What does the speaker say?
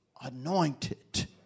anointed